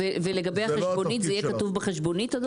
ולגבי החשבונית, זה יהיה כתוב בחשבונית?